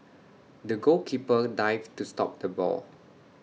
the goalkeeper dived to stop the ball